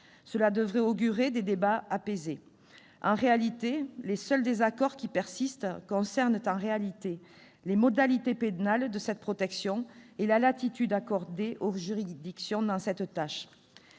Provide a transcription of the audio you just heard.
Cela devrait augurer de débats apaisés. Les seuls désaccords qui persistent concernent en réalité les modalités pénales de cette protection et la latitude accordée aux juridictions dans cette tâche.